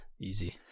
Easy